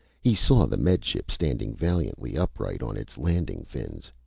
he saw the med ship standing valiantly upright on its landing fins.